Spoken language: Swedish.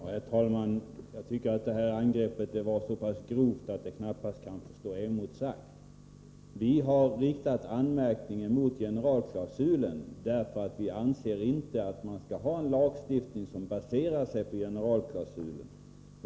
Herr talman! Jag tycker att detta angrepp var så pass grovt att det knappast kan få stå oemotsagt. Vi har riktat anmärkning mot generalklausulen därför att vi anser att man inte skall ha en lagstiftning som baserar sig på generalklausuler.